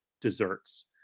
desserts